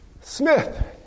Smith